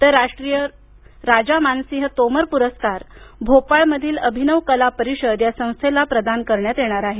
तर राष्ट्रीय राजा मानसिंह तोमर पुरस्कार भोपाळमधील अभिनव कला परिषद या संस्थेला प्रदान करण्यात येणार आहे